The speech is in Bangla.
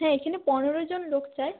হ্যাঁ এখানে পনেরোজন লোক চায়